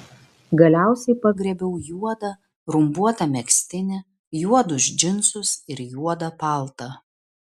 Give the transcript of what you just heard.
galiausiai pagriebiau juodą rumbuotą megztinį juodus džinsus ir juodą paltą